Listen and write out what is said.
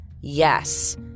Yes